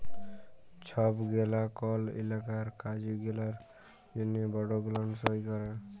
ছব গেলা কল ইলাকার কাজ গেলার জ্যনহে বল্ড গুলান সই ক্যরে